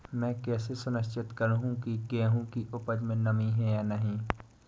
मैं कैसे सुनिश्चित करूँ की गेहूँ की उपज में नमी है या नहीं?